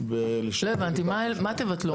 ב --- לא הבנתי, מה תבטלו?